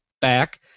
back